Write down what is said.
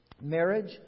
marriage